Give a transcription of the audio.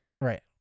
Right